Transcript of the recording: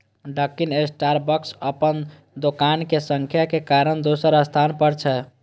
Dunkin Starbucks अपन दोकानक संख्या के कारण दोसर स्थान पर छै